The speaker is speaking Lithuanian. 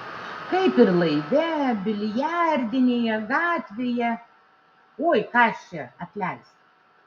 kaip ir laive biliardinėje gatvėje oi ką aš čia atleisk